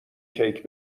کیک